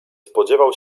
spodziewał